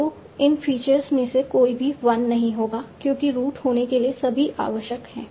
तो इन फीचर्स में से कोई भी 1 नहीं होगा क्योंकि रूट होने के लिए सभी आवश्यक हैं